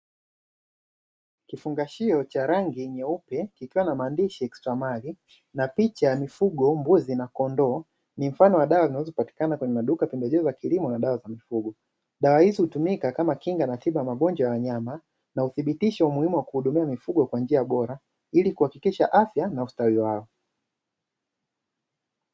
Kifungashio cha rangi nyeupe kikiwa na maandishi ya kiswahili na picha ya mifugo mbuzi na kondoo ni mfano wa dawatikana kwenye maduka pembejeo za kilimo na dawa za kuifungwa na rais hutumika kama kinga na tiba magonjwa ya wanyama na uthibitisho umuhimu wa kuhudumia mifugo kwa njia bora ili kuhakikisha afya na ustawi wao.